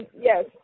yes